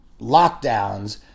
lockdowns